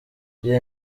iyi